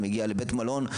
אתה מגיע לבית מלון,